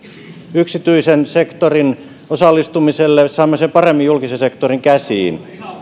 yksityisen sektorin osallistumiselle ja saamme sen paremmin julkisen sektorin käsiin